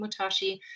Mutashi